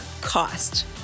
cost